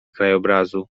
krajobrazu